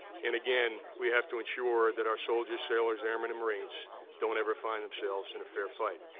and, again, we have to ensure that our soldiers, sailors, airmen, and marines don't ever find themselves in a fair fight.